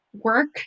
work